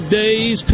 days